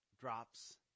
drops